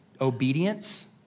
obedience